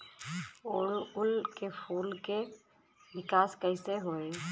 ओड़ुउल के फूल के विकास कैसे होई?